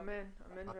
אמן ואמן.